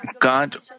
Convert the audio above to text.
God